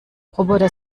roboter